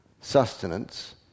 sustenance